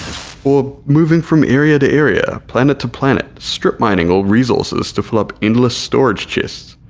or moving from area to area, planet to planet, strip mining all resources to fill up endless storage chests,